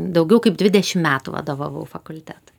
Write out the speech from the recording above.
daugiau kaip dvidešim metų vadovavau fakultetui